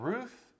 Ruth